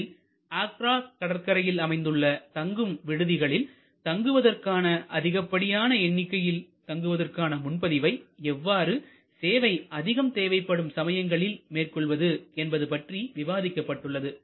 இதில் ஆக்ரா கடற்கரையில் அமைந்துள்ள தங்கும் விடுதிகளில் தங்குவதற்கான அதிகப்படியான எண்ணிக்கையில் தங்குவதற்கான முன்பதிவை எவ்வாறு சேவை அதிகம் தேவைப்படும் சமயங்களில் மேற்கொள்வது என்பது பற்றி விவாதிக்கப்பட்டுள்ளது